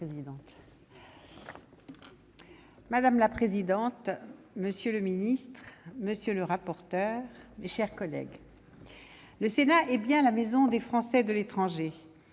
Madame la présidente, monsieur le secrétaire d'État, mes chers collègues, le Sénat est bien la maison des Français de l'étranger.